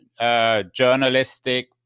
journalistic